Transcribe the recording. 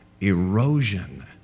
erosion